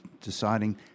deciding